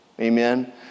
Amen